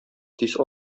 тиз